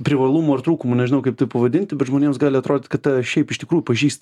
privalumų ar trūkumų nežinau kaip tai pavadinti bet žmonėms gali atrodyt kad tave šiaip iš tikrųjų pažįsta